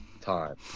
time